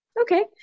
Okay